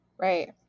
Right